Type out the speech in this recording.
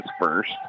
first